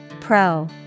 Pro